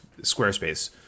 Squarespace